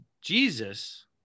Jesus